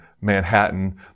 Manhattan